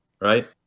Right